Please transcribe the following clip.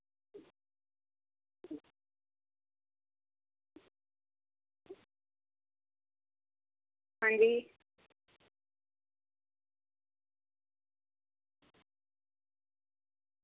अंजी